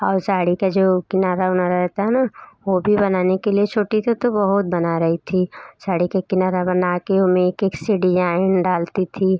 और साड़ी का जो किनारा ओनारा रहता है ना वो भी बनाने के लिए छोटी थी तो बहुत बना रही थी साड़ी का किनारा बना के ओमें एक एक से डिजाइन डालती थी